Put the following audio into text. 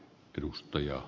puhemies